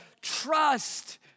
trust